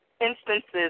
instances